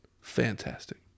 fantastic